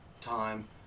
time